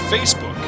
Facebook